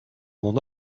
mon